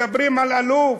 מדברים אלאלוף,